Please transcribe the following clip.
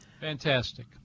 Fantastic